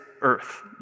earth